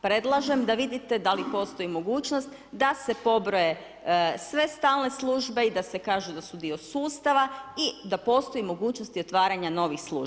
Predlažem da vidite da li postoji mogućnost da se pobroje sve stalne službe i da se kaže da su dio sustava i da postoji mogućnost otvaranja novih službi.